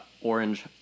orange